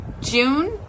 June